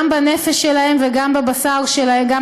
גם בנפש שלהן וגם על בשרן.